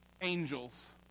angels